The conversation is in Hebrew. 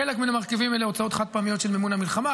חלק מן המרכיבים הם הוצאות חד-פעמיות של מימון המלחמה,